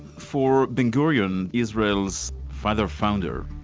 for ben gurion israel's father founder,